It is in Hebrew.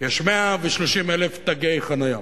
יש 130,000 תגי חנייה.